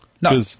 No